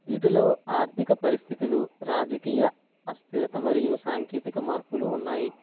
వీటిలో ఆర్థిక పరిస్థితులు రాజకీయ అస్థిరత మరియు సాంకేతిక మార్పులు ఉన్నాయి